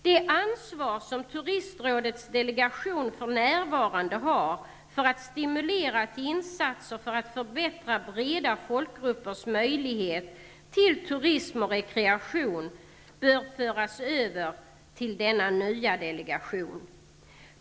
Det ansvar som Turistrådets delegation för närvarande har för att stimulera till insatser för att förbättra breda folkgruppers möjlighet till turism och rekreation bör föras över till denna nya delegation.